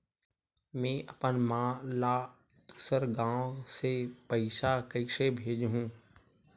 में अपन मा ला दुसर गांव से पईसा कइसे भेजहु?